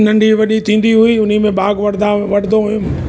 नंढी वॾी थींदी हुई हुन में भाॻ वठंदा वठंदासीं